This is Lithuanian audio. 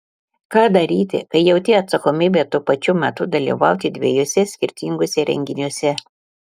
ką daryti kai jauti atsakomybę tuo pačiu metu dalyvauti dviejuose skirtinguose renginiuose